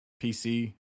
PC